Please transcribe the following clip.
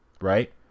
right